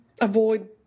avoid